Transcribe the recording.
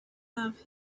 have